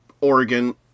Oregon